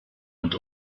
und